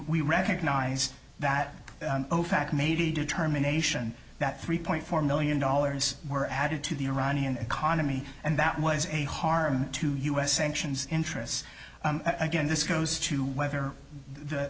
we recognize that fact made the determination that three point four million dollars were added to the iranian economy and that was a harm to us sanctions interests again this goes to whether the